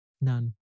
None